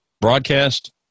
Broadcast